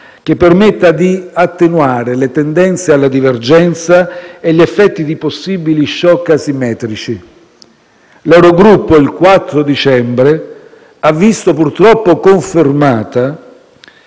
che permetta di attenuare le tendenze alla divergenza e gli effetti di possibili *shock* asimmetrici. L'eurogruppo il 4 dicembre ha visto purtroppo confermata,